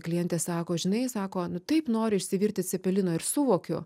klientė sako žinai sako nu taip noriu išsivirti cepelino ir suvokiu